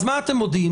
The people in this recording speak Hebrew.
מה אתם מודיעים